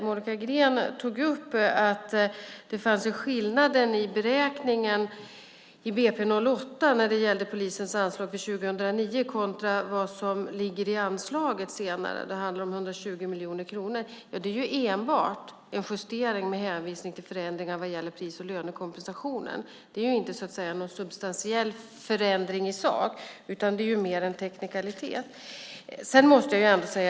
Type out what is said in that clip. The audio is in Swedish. Monica Green tog upp att det fanns en skillnad i beräkningen i budgetpropositionen 2008 när det gäller polisens anslag för 2009 kontra vad som ligger i anslaget senare. Det handlar om 120 miljoner kronor. Det är enbart en justering med hänvisning till förändringar vad gäller pris och lönekompensationen. Det är inte någon substantiell förändring i sak, utan mer en teknikalitet.